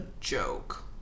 joke